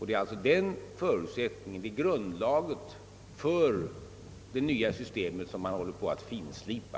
Det är alltså grundvalen för det nya systemet som man håller på att finslipa.